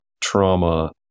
trauma